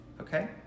okay